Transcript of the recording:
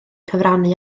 cyfrannu